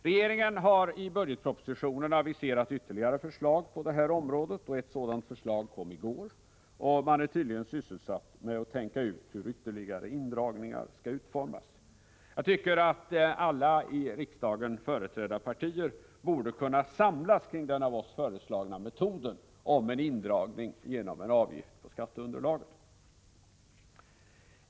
Regeringen har aviserat ytterligare förslag på detta område — ett sådant förslag kom i går. Man är tydligen nu sysselsatt med att tänka ut hur dessa ytterligare indragningar skall utformas. Jag tycker att alla i riksdagen företrädda partier borde kunna samlas kring vårt förslag om en indragning genom en avgift på skatteunderlaget.